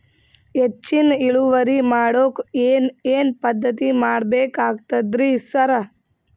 ಹೆಚ್ಚಿನ್ ಇಳುವರಿ ಮಾಡೋಕ್ ಏನ್ ಏನ್ ಪದ್ಧತಿ ಮಾಡಬೇಕಾಗ್ತದ್ರಿ ಸರ್?